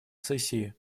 сессии